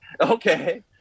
Okay